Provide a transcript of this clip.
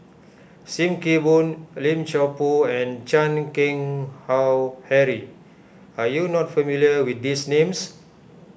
Sim Kee Boon Lim Chor Pu and Chan Keng Howe Harry are you not familiar with these names